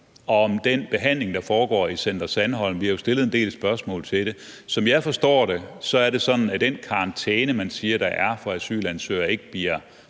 om den behandling, der foregår i Center Sandholm. Vi har jo stillet en del spørgsmål til det. Som jeg forstår det, er det sådan, at den karantæne, man siger der er for asylansøgere, ikke bliver